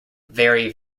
very